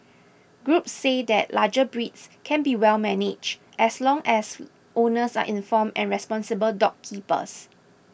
groups say that larger breeds can be well managed as long as owners are informed and responsible dog keepers